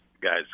guys